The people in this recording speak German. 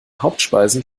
hauptspeisen